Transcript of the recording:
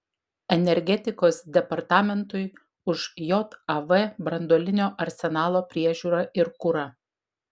energetikos departamentui už jav branduolinio arsenalo priežiūrą ir kurą